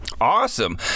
Awesome